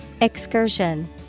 Excursion